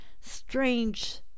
strange